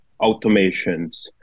automations